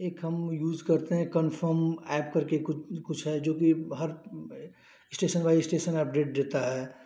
एक हम यूज़ करते हैं कन्फर्म एप करके कुछ है जो कि हर स्टेशन बाइ स्टेशन अपडेट देता है